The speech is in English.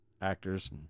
actors